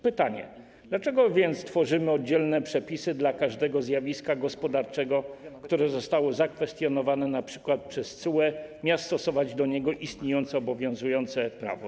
Pytanie, dlaczego więc tworzymy oddzielne przepisy dla każdego zjawiska gospodarczego, które zostało zakwestionowane, np. przez TSUE, miast stosować do niego istniejące, obowiązujące prawo.